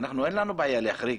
אין לנו בעיה להחריג.